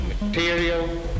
material